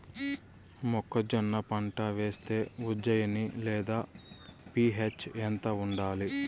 మొక్కజొన్న పంట వేస్తే ఉజ్జయని లేదా పి.హెచ్ ఎంత ఉండాలి?